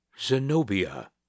Zenobia